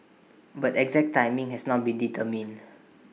but exact timing has not been determined